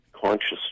conscious